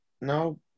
no